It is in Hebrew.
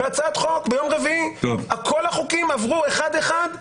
בהצעת חוק ביום רביעי כל החוקים עברו אחד-אחד.